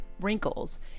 wrinkles